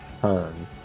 turn